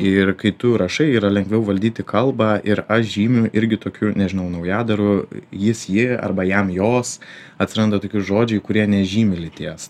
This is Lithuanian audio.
ir kai tu rašai yra lengviau valdyti kalbą ir aš žymiu irgi tokiu nežinau naujadaru jis ji arba jam jos atsiranda tokie žodžiai kurie nežymi lyties